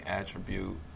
attribute